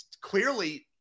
clearly